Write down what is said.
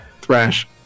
Thrash